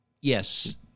yes